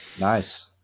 Nice